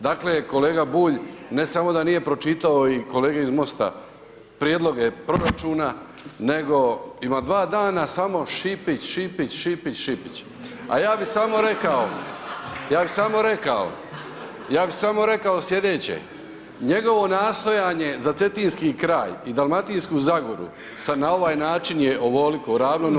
Dakle kolega Bulj, ne samo da nije pročitao i kolege iz MOST-a, prijedloge proračuna nego ima dva dana samo Šipić, Šipić, Šipić, Šipić a ja bi samo rekao, ja bi samo rekao, ja bi samo rekao slijedeće, njegovo nastojanje za cetinski kraj i Dalmatinsku zagoru sad na ovaj način je ovoliko ravno nuli.